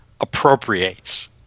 appropriates